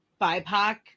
BIPOC